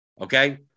okay